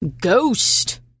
Ghost